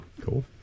Cool